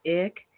ick